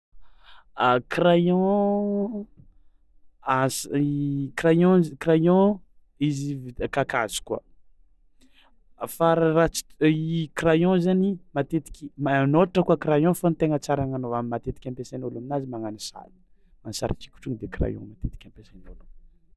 A crayon as- i crayon z- crayon izy vita kakazo koa, fa raha rats- i crayon zany matetiky manôratra koa crayon fao ny tegna tsara agnanaova matetiky ampiasain'ôlo aminazy magnano sary, magnano sarin-tsikotra io de crayon matetiky ampiasain'ôlogno.